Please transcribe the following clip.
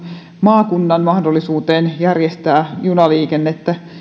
maakunnan mahdollisuuteen järjestää junaliikennettä